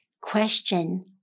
question